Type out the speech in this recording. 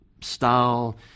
style